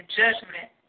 judgment